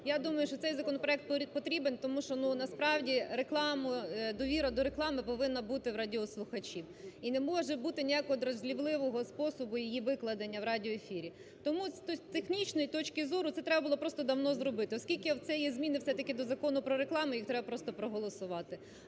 я думаю, що цей законопроект потрібний тому, що, ну, насправді довіра до реклами повинна бути в радіослухачів. І не може бути ніякого дразрівливого способу її викладення в радіоефірі. Тому з технічної точки зору це треба було просто давно зробити. Оскільки це є зміни все-таки до Закону про рекламу їх треба просто проголосувати.